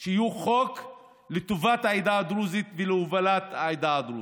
כדי שיהיו חוק לטובת העדה הדרוזית ולהובלת העדה הדרוזית.